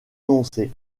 renoncer